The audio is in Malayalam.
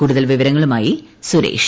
കൂടുതൽ വിവരങ്ങളുമായി സുരേഷ്